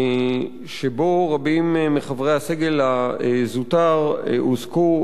שבו רבים מחברי הסגל הזוטר הועסקו,